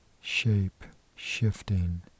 shape-shifting